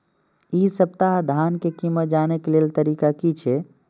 इ सप्ताह धान के कीमत जाने के लेल तरीका की छे?